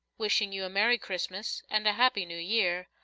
wishing you a merry christmas and a happy new year,